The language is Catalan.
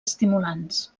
estimulants